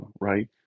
right